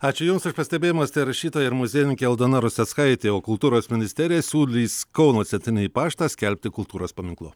ačiū jums už pastebėjimus tai rašytoja ir muziejininkė aldona ruseckaitė o kultūros ministerija siūlys kauno centrinį paštą skelbti kultūros paminklu